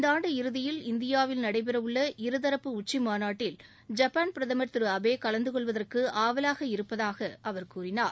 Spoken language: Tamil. இந்தாண்டு இறுதியில் இந்தியாவில் நடைபெறவுள்ள இருதரப்பு உச்சிமாநாட்டில் ஜப்பான் பிரதமர் திரு அபே கலந்து கொள்வதற்கு ஆவலாக இருப்பதாக அவர் கூறினார்